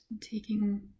taking